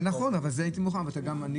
נכון, ואני מוכן לזה.